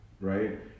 right